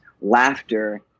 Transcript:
laughter